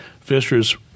Fishers